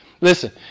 Listen